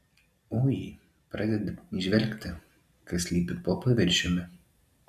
ui pradedi įžvelgti kas slypi po paviršiumi